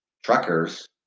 truckers